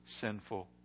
sinful